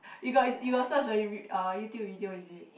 you got you got search the You uh YouTube video is it